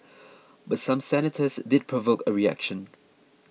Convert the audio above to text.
but some senators did provoke a reaction